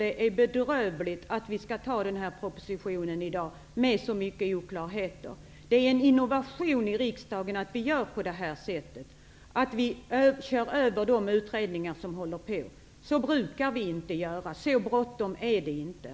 Det är detta vi försöker göra. Vi klarlägger det som redan nu går att klarlägga samtidigt som vi arbetar med att förtydliga det som inte redan i dag kan förtydligas.